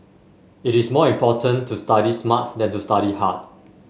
it is more important to study smart than to study hard